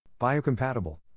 biocompatible